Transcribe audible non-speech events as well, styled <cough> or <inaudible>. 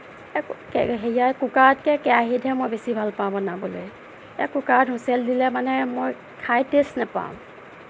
<unintelligible> কুকাৰতকে কেৰাহীতহে মই বেছি ভাল পাওঁ মই বনাবলৈ এই কুকাৰত হুইচেল দিলে মানে মোৰ খাই টেষ্ট নাপাওঁ